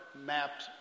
mapped